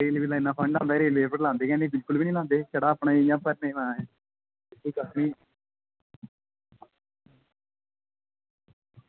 railway दा इन्ना fund आंदा रेलवे उप्पर लांदे गै निं बिलकुल बी निं लांदे छड़ा अपना ई इ'यां भरने गी माय